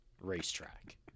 racetrack